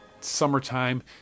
summertime